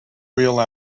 real